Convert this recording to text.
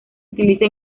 utiliza